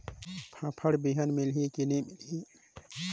फाफण बिहान मिलही की नी मिलही?